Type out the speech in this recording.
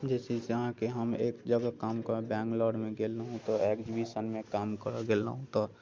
जे छै से अहाँके हम एक जगह काम करय बैंगलोरमे गेल रहौँ एग्जीबिशनमे काम करय गेलहुँ तऽ